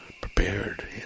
prepared